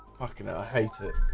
fucking i hate it